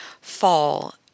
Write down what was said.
fall